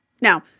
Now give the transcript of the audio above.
Now